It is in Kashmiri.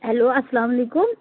ہیٚلو اَسلام علیکُم